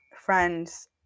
friends